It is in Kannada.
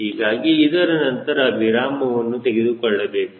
ಹೀಗಾಗಿ ಇದರ ನಂತರ ವಿರಾಮವನ್ನು ತೆಗೆದುಕೊಳ್ಳಬೇಕು